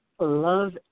Love